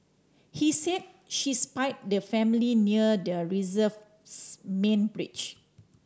he said she spied the family near the reserve's main bridge